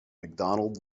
mcdonald